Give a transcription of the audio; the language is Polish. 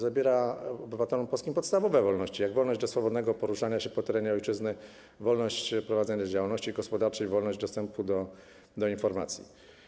Zabiera obywatelom polskim podstawowe wolności, takie jak prawo do swobodnego poruszania się po terenie ojczyzny, wolność prowadzenia działalności gospodarczej, prawo do dostępu do informacji.